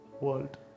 world